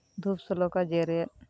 ᱫᱷᱩᱯ ᱥᱩᱞᱛᱟᱹ ᱠᱚ ᱡᱮᱨᱮᱫ